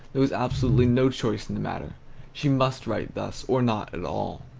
there was absolutely no choice in the matter she must write thus, or not at all.